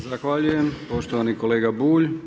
Zahvaljujem, poštovani kolega Bulj.